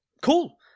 Cool